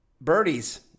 birdies